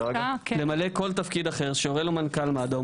"למלא כל תפקיד אחר שהורה לו מנכ"ל מד"א".